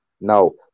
no